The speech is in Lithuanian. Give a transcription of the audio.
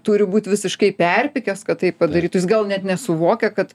turi būt visiškai perpykęs kad tai padarytų jis gal net nesuvokia kad